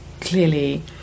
clearly